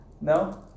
no